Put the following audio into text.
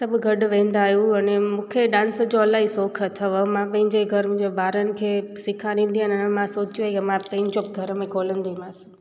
सभु गॾु वेंदा आहियूं अने मूंखे डांस जो इलाही शौंक़ु अथव मां पंहिंजे घर में मुंहिंजे ॿारनि खे सेखारींदी आहे अने मां सोचो आहे की मां पंहिंजो घर में खोलंदीमास